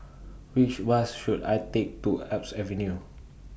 Which Bus should I Take to Alps Avenue